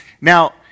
Now